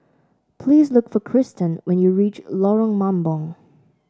please look for Cristen when you reach Lorong Mambong